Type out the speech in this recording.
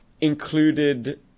included